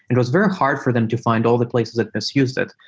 it was very hard for them to find all the places that misused it,